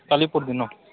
କାଲି ପହରଦିନ